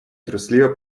трусливо